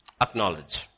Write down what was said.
acknowledge